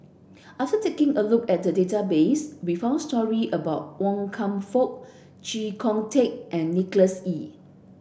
after taking a look at the database we found story about Wan Kam Fook Chee Kong Tet and Nicholas Ee